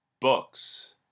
books